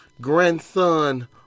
grandson